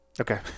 Okay